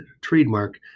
trademark